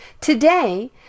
Today